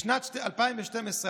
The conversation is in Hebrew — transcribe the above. בשנת 2012,